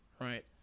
Right